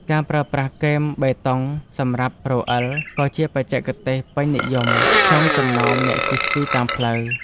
ការប្រើប្រាស់គែមបេតុង សម្រាប់រអិល ក៏ជាបច្ចេកទេសពេញនិយមក្នុងចំណោមអ្នកជិះស្គីតាមផ្លូវ។